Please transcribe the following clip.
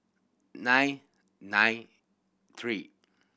nine nine three